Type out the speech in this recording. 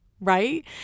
right